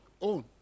own